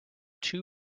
two